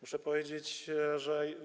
Muszę powiedzieć, że.